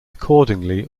accordingly